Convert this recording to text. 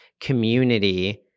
community